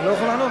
לא יכול לענות?